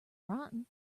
rotten